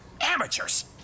Amateurs